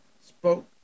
spoke